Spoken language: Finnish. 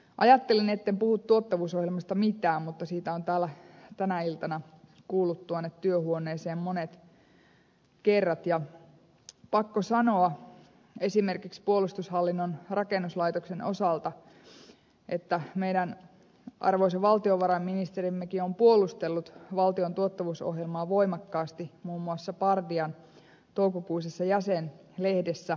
ajattelin etten puhu tuottavuusohjelmasta mitään mutta siitä on täällä tänä iltana kuullut tuonne työhuoneeseen monet kerrat ja on pakko sanoa esimerkiksi puolustushallinnon rakennuslaitoksen osalta että meidän arvoisa valtiovarainministerimmekin on puolustellut valtion tuottavuusohjelmaa voimakkaasti muun muassa par dian toukokuisessa jäsenlehdessä